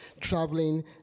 traveling